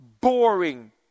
boring